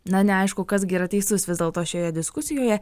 na neaišku kas gi yra teisus vis dėlto šioje diskusijoje